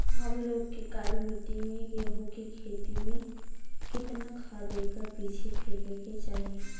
हम लोग के काली मिट्टी में गेहूँ के खेती में कितना खाद एकड़ पीछे फेके के चाही?